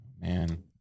Man